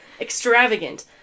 Extravagant